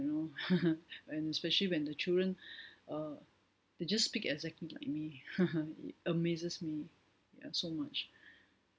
you know and especially when the children uh they just speak exactly like me it amazes me ya so much